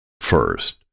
First